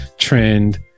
trend